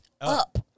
up